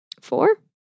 Four